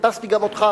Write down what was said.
חיפשתי גם אותך,